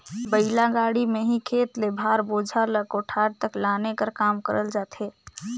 बइला गाड़ी मे ही खेत ले भार, बोझा ल कोठार तक लाने कर काम करल जाथे